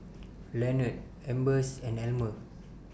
Leonard Ambers and Almer